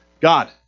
God